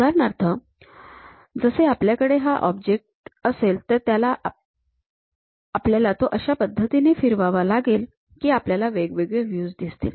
उदाहरणार्थ जसे आपल्याकडे हा ऑब्जेक्ट असेल तर आपल्याला तो अशा पद्धतीने फिरवावा लागेल की आपल्याला वेगवेगळे व्ह्यूज दिसतील